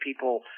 people